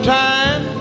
time